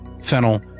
Fennel